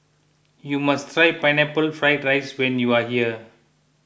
you must try Pineapple Fried Rice when you are here